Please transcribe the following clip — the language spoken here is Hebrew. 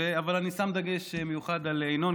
אבל אני שם דגש מיוחד על ינון,